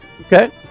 Okay